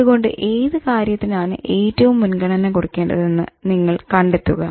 അതുകൊണ്ട് ഏത് കാര്യത്തിനാണ് ഏറ്റവും മുൻഗണന കൊടുക്കേണ്ടതെന്ന് നിങ്ങൾ കണ്ടെത്തുക